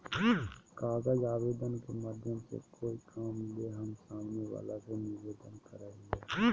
कागज आवेदन के माध्यम से कोय काम ले हम सामने वला से निवेदन करय हियय